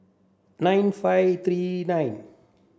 nine five three nine